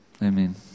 Amen